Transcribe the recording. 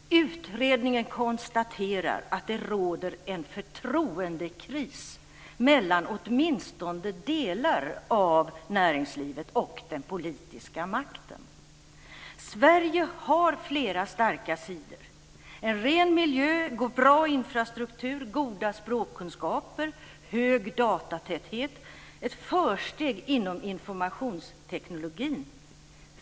Utredningen konstaterar att det råder en förtroendekris mellan åtminstone delar av näringslivet och den politiska makten. Sverige har flera starka sidor - en ren miljö, bra infrastruktur, goda språkkunskaper, hög datatäthet och ett försteg inom informationstekniken.